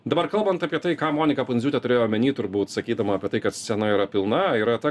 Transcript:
dabar kalbant apie tai ką monika pundziūtė turėjo omeny turbūt sakydama apie tai kad scena yra pilna yra ta